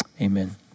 amen